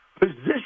position